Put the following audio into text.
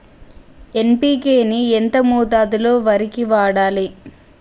NPK ని ఎంత మోతాదులో వరికి వాడాలి?